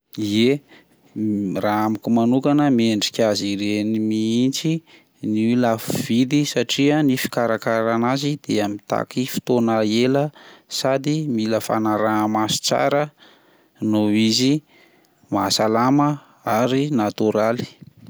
Ie, ny- raha amiko manokana mendrika azy ireny mihitsy ny lafo vidy satria ny fikarakarana azy dia mitaky fotoana ela sady mila fanaraha maso tsara noho izy maha salama ary natoraly.